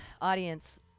audience